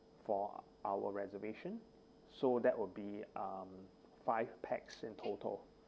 for our reservation so that would be um five pax in total